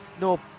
no